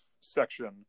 section